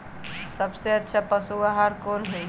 सबसे अच्छा पशु आहार कोन हई?